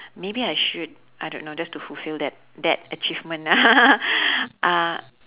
maybe I should I don't know just to fulfil that that achievement ah uh